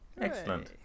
Excellent